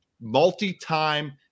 multi-time